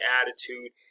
attitude